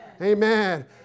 Amen